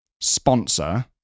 sponsor